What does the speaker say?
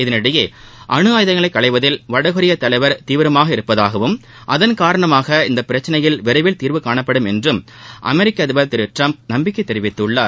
இதனிடையே அணு ஆயுதங்களை களைவதில் வடகொரிய தலைவர் தீவிரமாக இருப்பதாகவும் அதன் காரணமாக இந்த பிரச்சனையில் விரைவில் தீர்வு காணப்படுமென்றும் அமெரிக்க அதிபர் திரு டிரம்ப் நம்பிக்கை தெரிவித்துள்ளார்